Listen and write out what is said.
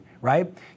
right